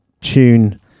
tune